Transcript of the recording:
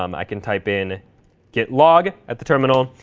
um i can type in git log at the terminal.